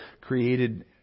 created